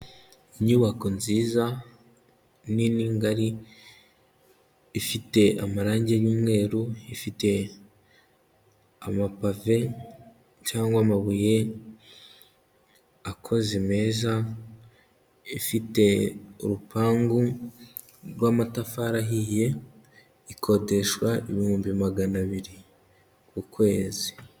Inyubako nziza nini ngari, ifite amarangi y'umweru ifite amapave cyangwa amabuye akoze meza, ifite urupangu rw'amatafari ahiye ikodeshwa ibihumbi magana abiri ku kwezi.